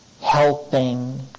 helping